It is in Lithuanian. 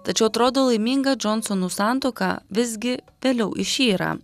tačiau atrodo laiminga džonsonu santuoką visgi vėliau išyra